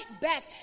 back